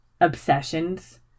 obsessions